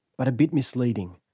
but a bit misleading.